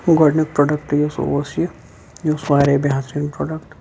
گۄڈٕنیُک پروڈکٹ یُس اوس یہِ یہ اوس واریاہ بہتریٖن پروڈکٹ